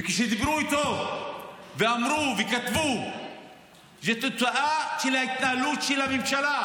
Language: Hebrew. וכשדיברו איתו ואמרו וכתבו שזה תוצאה של ההתנהלות של הממשלה,